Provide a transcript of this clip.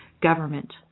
government